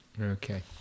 okay